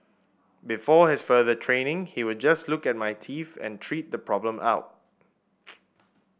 before his further training he would just look at my teeth and treat the problem out